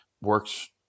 Works